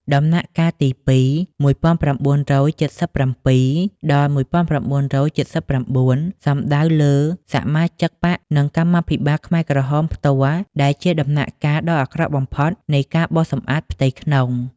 ដំណាក់កាលទីពីរ ១៩៧៧-១៩៧៩ សំដៅលើសមាជិកបក្សនិងកម្មាភិបាលខ្មែរក្រហមផ្ទាល់ដែលជាដំណាក់កាលដ៏អាក្រក់បំផុតនៃការបោសសម្អាតផ្ទៃក្នុង។